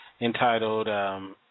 entitled